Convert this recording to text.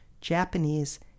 Japanese